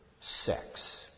sex